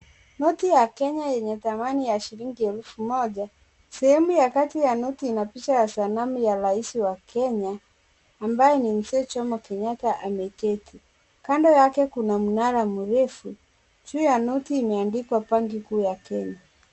Noti ya Kenya yenye thamani ya shilingi elf moja sehemu ya kati inapicha ya sanamu ya Rais wa kenya amabye ni mzee Jomo Kenyatta ameketi kando yake kuna mnara mrefu. Juu ya noti imeandikwa banki kuu ya Kenya.